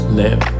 live